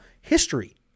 history